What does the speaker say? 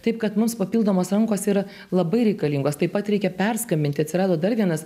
taip kad mūsų papildomos rankos yra labai reikalingos taip pat reikia perskambinti atsirado dar vienas